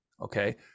okay